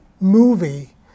movie